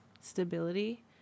stability